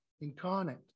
incarnate